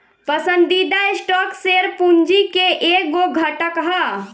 पसंदीदा stock share पूंजी के एगो घटक ह